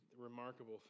remarkable